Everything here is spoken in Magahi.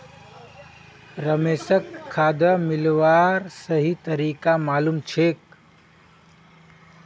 रमेशक खाद मिलव्वार सही तरीका मालूम छेक